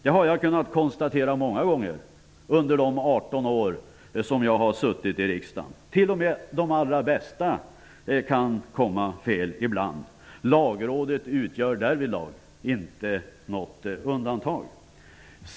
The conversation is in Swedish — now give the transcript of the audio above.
Det har jag kunnat konstatera många gånger under de 18 år som jag har suttit i riksdagen. T.o.m. de allra bästa kan komma fel ibland. Lagrådet utgör därvidlag inget undantag.